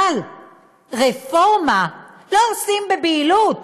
אבל רפורמה לא עושים בבהילות.